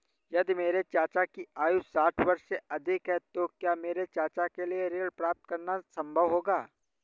यदि मेरे चाचा की आयु साठ वर्ष से अधिक है तो क्या मेरे चाचा के लिए ऋण प्राप्त करना संभव होगा?